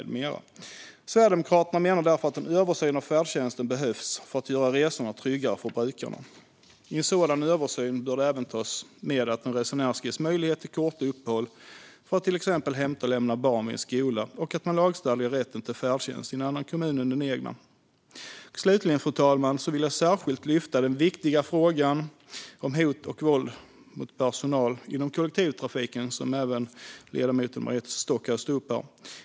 Sverigedemokraterna menar därför att en översyn av färdtjänsten behövs för att göra resorna tryggare för brukarna. I en sådan översyn bör det även tas med att en resenär ska ges möjlighet till korta uppehåll för att till exempel hämta och lämna barn vid en skola och att man lagstadgar rätten till färdtjänst i en annan kommun än den egna. Och slutligen, fru talman, vill jag särskilt lyfta upp den viktiga frågan om hot och våld mot personal inom kollektivtrafiken, som även ledamoten Maria Stockhaus tog upp.